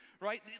right